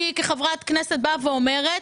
אני כחברת כנסת אומרת: